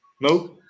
No